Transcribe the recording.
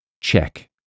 check